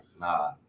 nah